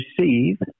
receive